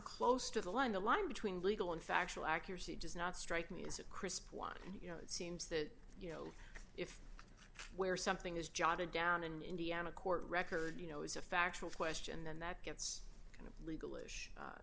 close to the line the line between legal and factual accuracy does not strike me as a crisp one and you know it seems that you know where something is jotted down in indiana court record you know is a factual question then that gets kind of